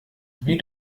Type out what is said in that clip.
wie